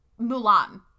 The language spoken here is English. Mulan